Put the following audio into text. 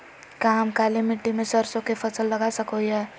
का हम काली मिट्टी में सरसों के फसल लगा सको हीयय?